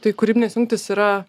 tai kūrybinės jungtys yra